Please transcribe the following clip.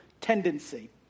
tendency